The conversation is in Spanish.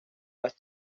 las